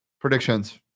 predictions